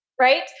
Right